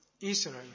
Israel